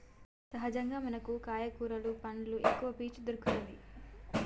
సహజంగా మనకు కాయ కూరలు పండ్లు ఎక్కవ పీచు దొరుకతది